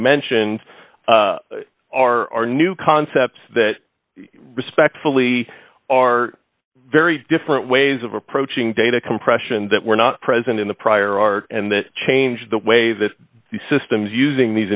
mentioned are new concepts that respectfully are very different ways of approaching data compression that were not present in the prior art and that changed the way that the systems using these